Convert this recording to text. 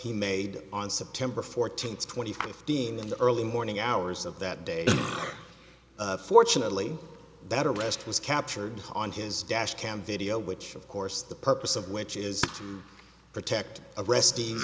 he made on september fourteenth twenty fifteen in the early morning hours of that day fortunately that arrest was captured on his dash cam video which of course the purpose of which is to protect arre